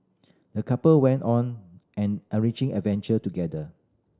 the couple went on an enriching adventure together